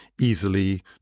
easily